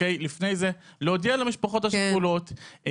לפני זה להודיע למשפחות השכולות,